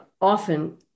often